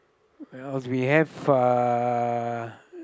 what else we have uh